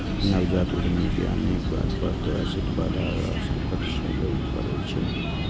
नवजात उद्यमी कें अनेक अप्रत्याशित बाधा आ संकट झेलय पड़ै छै